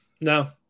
No